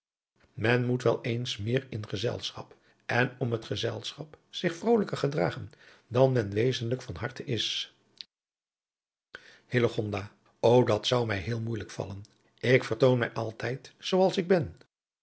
men moet wel eens meer in gezelschap en om het gezelschap zich vrolijker gedragen dan men wezenlijk van harte is hillegonda ô dat zou mij heel moeijelijk vallen ik vertoon mij altijd zoo als ik ben